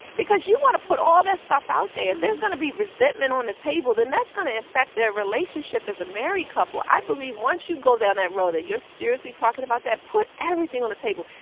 because you want to put all that stuff out there. if there's going to be resentment on the table, then that's going to affect their relationship as a married couple. i believe once you go down that road that you're seriously talking about that, put everything on the table.